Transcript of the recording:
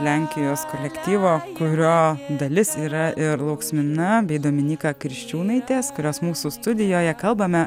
lenkijos kolektyvo kurio dalis yra ir lauksmina bei dominyka kriščiūnaitės kurios mūsų studijoje kalbame